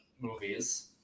movies